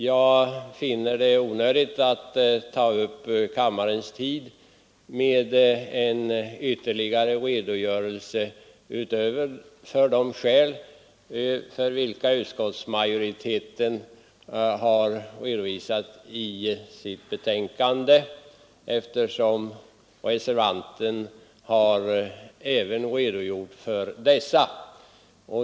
Jag finner det onödigt att ta upp kammarens tid med en ytterligare redogörelse för de skäl som utskottsmajoriteten har redovisat i sitt betänkande, eftersom reservanten har redogjort även för dessa.